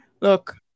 look